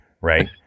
right